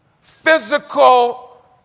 physical